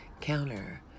counter